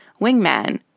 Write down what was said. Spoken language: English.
wingman